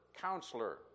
counselor